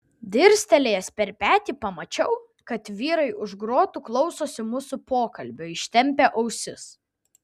dirstelėjęs per petį pamačiau kad vyrai už grotų klausosi mūsų pokalbio ištempę ausis